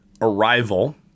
Arrival